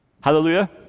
Hallelujah